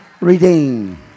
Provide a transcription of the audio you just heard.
redeem